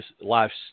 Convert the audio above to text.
life's